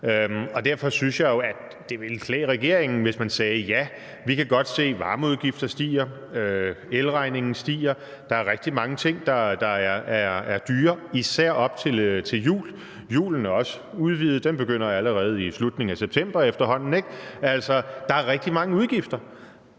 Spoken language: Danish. Derfor synes jeg jo, at det ville klæde regeringen, hvis man sagde, at ja, vi kan godt se, at varmeudgifter stiger, elregningen stiger; der er rigtig mange ting, der er dyre, især op til jul. Julen er også udvidet. Den begynder allerede i slutningen af september efterhånden, ikke? Altså, der er rigtig mange udgifter.